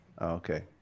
Okay